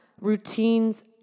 routines